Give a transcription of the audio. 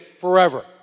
forever